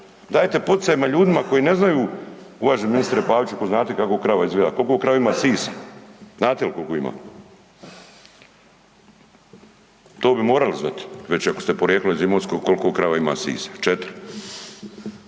Dajte poticaje ljudima koji ne znaju, uvaženi ministre Paviću, ako znate kako krava izgleda, koliko krava ima sisa, znate li koliko ima? To bi morali znati već ako ste porijeklom iz Imotskog koliko krava ima sisa, 4.